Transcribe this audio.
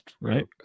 right